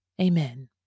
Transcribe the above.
Amen